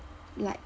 like